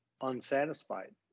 unsatisfied